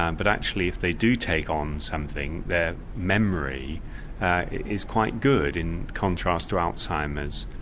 ah and but actually if they do take on something their memory is quite good, in contrast to alzheimer's.